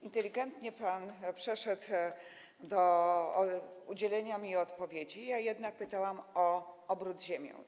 Inteligentnie pan przeszedł do udzielenia mi odpowiedzi, ja jednak pytałam o obrót ziemią.